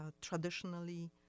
traditionally